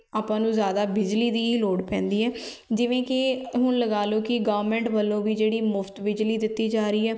ਆਪਾਂ ਨੂੰ ਜ਼ਿਆਦਾ ਬਿਜਲੀ ਦੀ ਲੋੜ ਪੈਂਦੀ ਹੈ ਜਿਵੇਂ ਕਿ ਹੁਣ ਲਗਾ ਲਓ ਕਿ ਗਵਰਨਮੈਂਟ ਵੱਲੋਂ ਵੀ ਜਿਹੜੀ ਮੁਫ਼ਤ ਬਿਜਲੀ ਦਿੱਤੀ ਜਾ ਰਹੀ ਹੈ